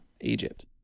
Egypt